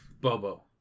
Bobo